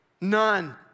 None